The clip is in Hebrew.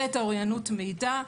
ואת האוריינות מידע.